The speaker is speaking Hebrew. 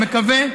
מקווה,